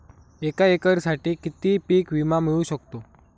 एका एकरसाठी किती पीक विमा मिळू शकतो?